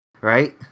right